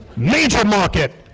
major market.